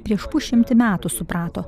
prieš pusšimtį metų suprato